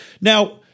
Now